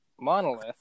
monolith